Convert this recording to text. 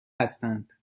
هستند